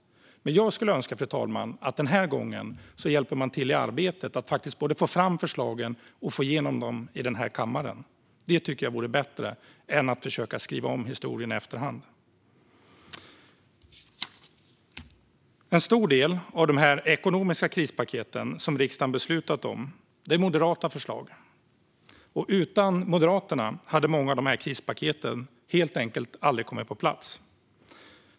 Jag skulle önska, fru talman, att man den här gången hjälpte till i arbetet med att både få fram förslagen och få igenom dem i den här kammaren. Det tycker jag vore bättre än att försöka skriva om historien i efterhand. En stor del av de ekonomiska krispaket som riksdagen beslutat om är moderata förslag. Utan Moderaterna hade många av krispaketen helt enkelt aldrig kommit på plats.